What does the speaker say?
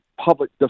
public